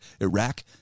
Iraq